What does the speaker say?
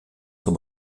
στον